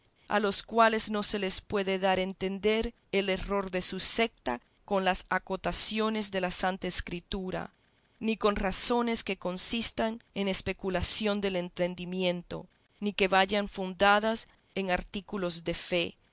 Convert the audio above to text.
a los cuales no se les puede dar a entender el error de su secta con las acotaciones de la santa escritura ni con razones que consistan en especulación del entendimiento ni que vayan fundadas en artículos de fe